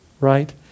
right